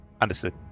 Understood